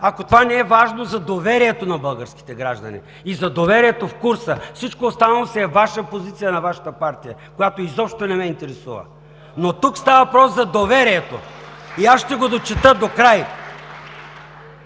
ако това не е важно за доверието на българските граждани и за доверието в курса. Всичко останало е Ваша позиция и на Вашата партия, която изобщо не ме интересува, но тук става въпрос за доверието. (Ръкопляскания от